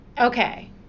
Okay